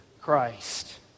Christ